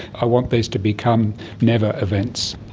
i want these to become never events.